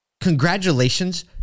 congratulations